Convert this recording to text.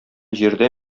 җирдә